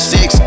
Six